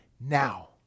now